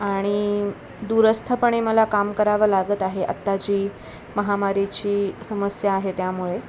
आणि दुरस्थपणे मला काम करावं लागत आहे आत्ता जी महामारीची समस्या आहे त्यामुळे